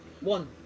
One